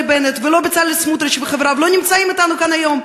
בנט ולא בצלאל סמוטריץ וחבריו לא נמצאים אתנו כאן היום,